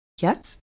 Yes